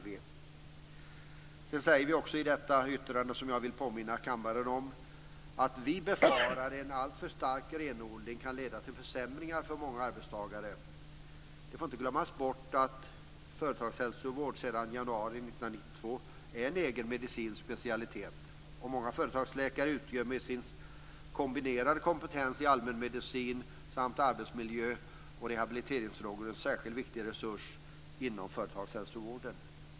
Vi säger också i detta yttrande, som jag vill påminna kammaren om, att vi befarar att en alltför stark renodling kan leda till försämringar för många arbetstagare. Det får inte glömmas bort att företagshälsovård sedan januari år 1992 är en egen medicinsk specialitet. Många företagsläkare utgör med sin kombinerade kompetens i allmänmedicin samt arbetsmiljö och rehabiliteringsfrågor en särskilt viktig resurs inom företagshälsovården.